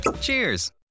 Cheers